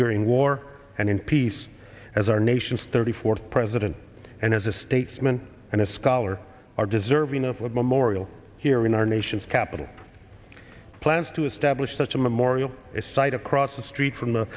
during war and in peace as our nation's thirty fourth president and as a statesman and a scholar are deserving of a memorial here in our nation's capital plans to establish such a memorial site across the street from the